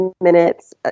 minutes